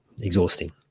Exhausting